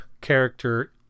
character